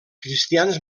cristians